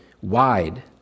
wide